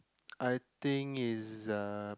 I think is a